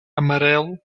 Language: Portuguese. amarelo